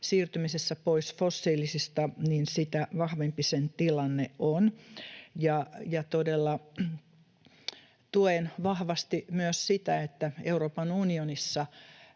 siirtymisessä pois fossiilisista, sitä vahvempi sen tilanne on. Todella tuen vahvasti myös sitä, että Euroopan unionissa